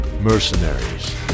Mercenaries